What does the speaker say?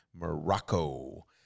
Morocco